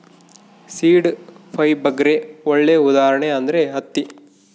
seed ಫೈಬರ್ಗೆ ಒಳ್ಳೆ ಉದಾಹರಣೆ ಅಂದ್ರೆ ಹತ್ತಿ